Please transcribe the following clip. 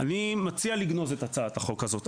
אני מציע לגנוז את הצעת החוק הזאת,